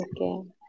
Okay